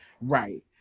Right